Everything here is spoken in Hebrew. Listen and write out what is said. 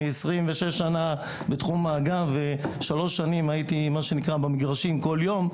אני 26 שנה בתחום --- ושלוש שנים הייתי במגרשים כל יום,